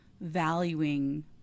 valuing